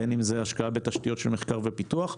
ובין אם זה השקעה בתשתיות של מחקר ופיתוח.